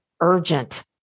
urgent